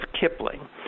Kipling